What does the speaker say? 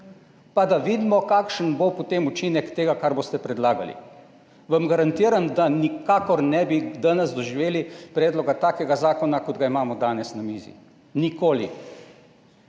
pa da vidimo, kakšen bo potem učinek tega, kar boste predlagali. Garantiram vam, da nikakor danes ne bi doživeli takega predloga zakona, kot ga imamo danes na mizi. Nikoli!